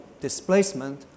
displacement